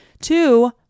Two